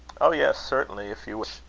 oh, yes, certainly, if you wish.